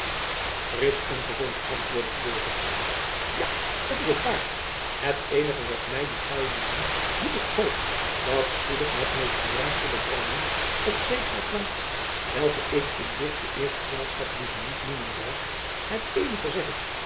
frisch en gezond antwoordde florisz ja dat is ook waar het eenige wat my die gaauwdieven die ik hoop dat spoedig met mr jan zullen branden op zekere plaats welke ik in dit geëerd gezelschap liever niet noemen zal het eenige zeg ik